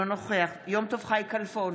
אינו נוכח יום טוב חי כלפון,